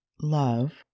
love